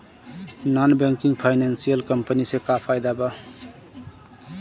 Non banking financial company से का फायदा बा?